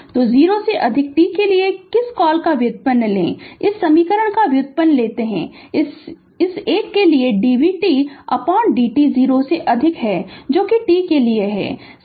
तो 0 से अधिक t के लिए किस कॉल का व्युत्पन्न लें इस समीकरण का व्युत्पन्न लें जो इस 1 के लिए dvt dt 0 से अधिक t के लिए है